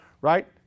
right